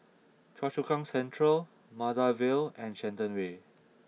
Choa Chu Kang Central Maida Vale and Shenton Way